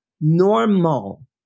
Normal